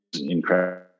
incredible